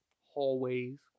hallways